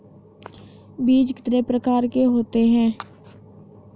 बीज कितने प्रकार के होते हैं?